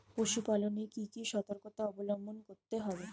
পশুপালন এ কি কি সর্তকতা অবলম্বন করতে হবে?